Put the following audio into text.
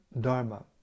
dharma